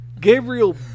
Gabriel